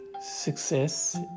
Success